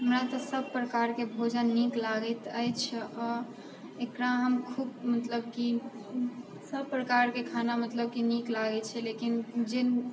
हमरा तऽ सब प्रकार के भोजन नीक लागैत अछि एकरा हम खूब मतलब की सब प्रकार के खाना मतलब की नीक लागे छै लेकिन जे